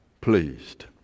pleased